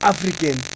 African